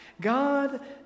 God